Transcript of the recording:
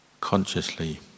consciously